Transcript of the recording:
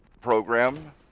program